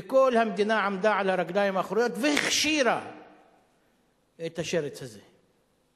וכל המדינה עמדה על הרגליים האחוריות והכשירה את השרץ הזה.